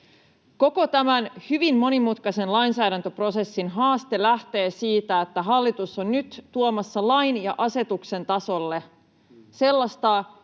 Koko tämän hyvin monimutkaisen lainsäädäntöprosessin haaste lähtee siitä, että hallitus on nyt tuomassa lain ja asetuksen tasolle sellaista,